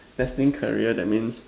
destined career that means